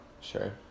Sure